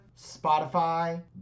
Spotify